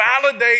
validate